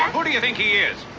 um who do you think he is?